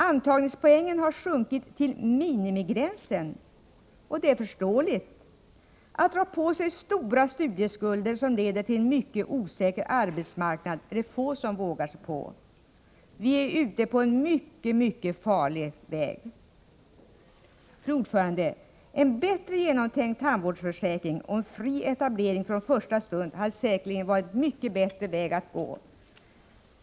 Antagningspoängen har sjunkit till minimigränsen, och det är förståeligt. Att dra på sig stora studieskulder som leder till en mycket osäker arbetsmarknad är det få som vågar sig på. Vi är ute på en mycket farlig väg. Fru talman! En bättre genomtänkt tandvårdsförsäkring och en fri etablering från första stund hade säkerligen varit en bättre väg att gå.